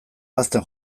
hazten